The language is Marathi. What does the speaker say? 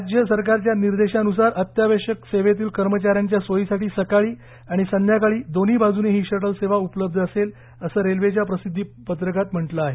राज्य सरकारच्या निर्देशानुसार अत्यावश्यक सेवेतील कर्मचाऱ्यांच्या सोयीसाठी सकाळी आणि संध्याकाळी दोन्ही बाजूने ही शटल सेवा उपलब्ध असेल असे रेल्वेच्या प्रसिद्धी पत्रकात म्हटले आहे